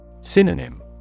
Synonym